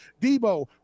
Debo